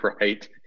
right